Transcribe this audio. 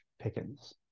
Pickens